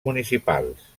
municipals